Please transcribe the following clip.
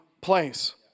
place